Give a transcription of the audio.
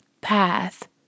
path